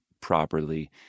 properly